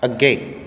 ਅੱਗੇ